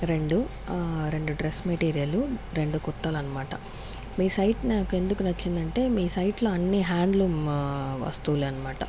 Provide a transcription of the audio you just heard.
రెండు రెండు dress material రెండు కుర్తాలు అనమాట మీ సైట్ నాకు ఎందుకు నచ్చిందంటే మీ సైట్లో అన్ని హ్యాండ్లూమ్ వస్తువులే అన్నమాట